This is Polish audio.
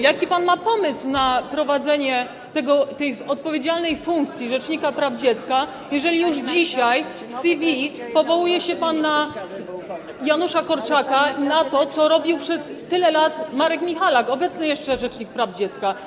Jaki pan ma pomysł na pełnienie tej odpowiedzialnej funkcji rzecznika praw dziecka, jeżeli już dzisiaj w CV powołuje się pan na Janusza Korczaka i na to, co robił przez tyle lat Marek Michalak, obecny jeszcze rzecznik praw dziecka?